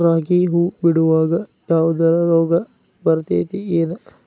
ರಾಗಿ ಹೂವು ಬಿಡುವಾಗ ಯಾವದರ ರೋಗ ಬರತೇತಿ ಏನ್?